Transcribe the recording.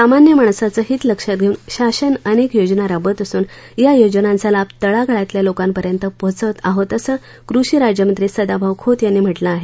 सामान्य माणसाचं हित लक्षात घेऊन शासन अनेक योजना राबवत असून या योजनांचा लाभ तळागाळातल्या लोकांपर्यंत पोहोचवत आहोत असं कृषी राज्यमंत्री सदाभाऊ खोत यांनी म्हटलं आहे